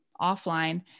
offline